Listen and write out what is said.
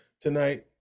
tonight